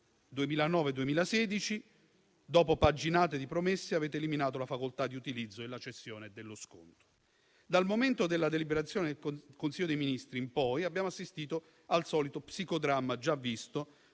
2009-2016, dopo paginate di promesse, avete eliminato la facoltà di utilizzo della cessione dello sconto. Dal momento della deliberazione del Consiglio dei ministri in poi, abbiamo assistito al solito psicodramma già visto